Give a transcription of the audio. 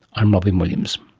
i'm robyn williams